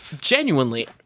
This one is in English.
Genuinely